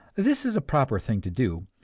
this is a proper thing to do,